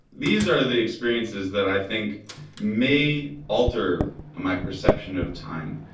these are the experiences that i think may alter my perception of time.